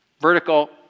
Vertical